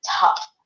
tough